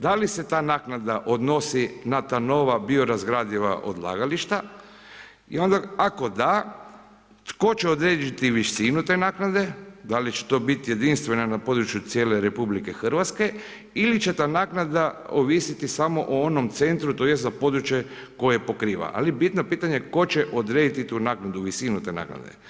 Da li se ta naknada odnosi na ta nova biorazgradiva odlagališta i onda ako da, tko će odrediti visinu te naknade, da li će to biti jedinstveno na području cijele RH ili će ta naknada ovisiti samo o onom centru tj. za područje koje pokriva, ali bitno pitanje tko će odrediti tu naknadu, visinu te naknade.